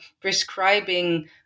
prescribing